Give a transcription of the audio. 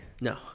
no